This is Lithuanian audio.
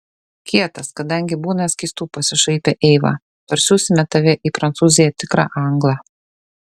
kietas kadangi būna skystų pasišaipė eiva parsiųsime tave į prancūziją tikrą anglą